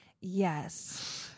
Yes